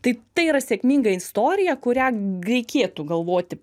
tai tai yra sėkminga istorija kurią reikėtų galvoti